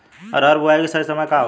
अरहर बुआई के सही समय का होखे?